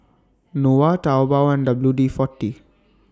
Nova Taobao and W D forty